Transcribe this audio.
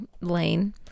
lane